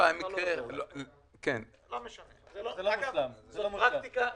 זו פרקטיקה נהוגה.